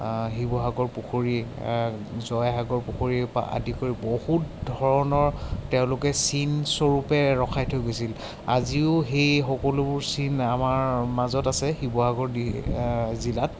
শিৱসাগৰ পুখুৰী জয়সাগৰ পুখুৰীৰ পৰা আদি কৰি বহুত ধৰণৰ তেওঁলোকে চিনস্বৰূপে ৰখাই থৈ গৈছিল আজিও সেই সকলোবোৰ চিন আমাৰ মাজত আছে শিৱসাগৰ ডি জিলাত